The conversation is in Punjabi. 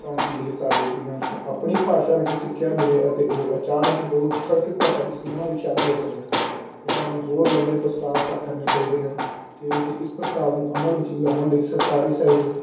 ਤਾਂ ਕਿ ਇਹ ਸਾਡੇ ਸਟੂਡੈਂਟਸ ਨੂੰ ਆਪਣੀ ਭਾਸ਼ਾ ਵਿੱਚ ਸਿੱਖਿਆ ਮਿਲੇ ਅਤੇ ਉਹ ਅਚਾਨਕ ਬੋਲ ਸਕਦ ਭਾਸ਼ਾ ਦੇ ਸਮੂਹਾਂ ਵਿੱਚ ਸ਼ਾਮਿਲ ਹੋ ਸਕਣ ਇਹਨਾਂ ਨੂੰ ਹੋਰ ਲੰਬੇ ਪ੍ਰਸਤਾਵ ਕਰਨੇ ਚਾਹੀਦੇ ਹਨ ਜਿਵੇਂ ਕਿ ਇਸ ਪ੍ਰਸਤਾਵ ਨੂੰ ਅਮਲ ਵਿੱਚ ਲਿਆਉਣ ਲਈ ਸਰਕਾਰੀ ਸਹਿਯੋਗ